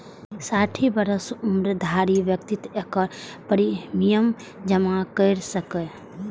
साठि वर्षक उम्र धरि व्यक्ति एकर प्रीमियम जमा कैर सकैए